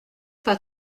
pas